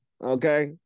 Okay